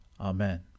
Amen